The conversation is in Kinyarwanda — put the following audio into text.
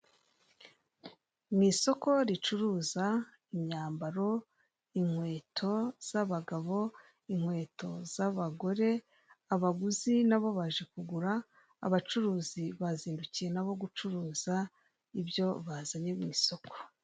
Mu isoko ricuruza imyambaro, inkweto z'abagabo, inkweto z'abagore, abaguzi nabo baje kugura, abacuruzi bazindukiye nabo gucuruza, ibyo bazanye mu isoko.